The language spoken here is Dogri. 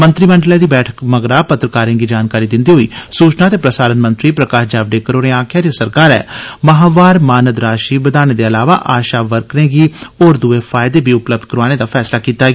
मंत्रीमंडलै दी बैठका मगरा पत्रकारें गी जानकारी दिंदे होई सूचना ते प्रसारण मंत्री प्रकाश जावड़ेकर होरें आक्खेआ ऐ जे सरकारै माहवार मानद राशि बदांने दे इलावा आशा वर्करें गी होर दुए फायदे बी उपलब्ध कराने दा फैसला कीता ऐ